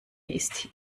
ist